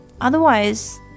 Otherwise